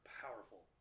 powerful